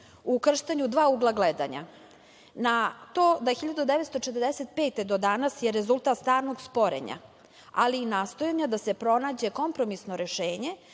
u ukrštanju dva ugla gledanja – na to da 1945. godine do danas je rezultat stalnog sporenja, ali i nastojanja da se pronađe kompromisno rešenje